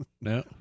No